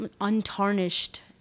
untarnished